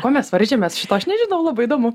kuo mes varžėmės šito aš nežinau labai įdomu